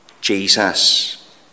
Jesus